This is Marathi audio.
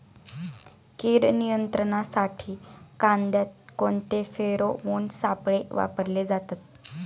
कीड नियंत्रणासाठी कांद्यात कोणते फेरोमोन सापळे वापरले जातात?